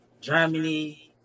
Germany